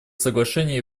соглашение